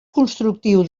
constructiu